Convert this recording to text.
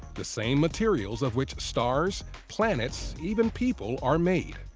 the same materials of which stars, planets even people, are made.